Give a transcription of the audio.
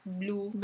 blue